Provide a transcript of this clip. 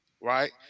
right